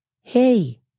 Hey